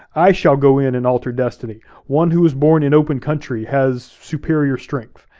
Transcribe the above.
i shall go in and alter destiny. one who is born in open country has superior strength.